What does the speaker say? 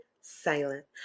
silent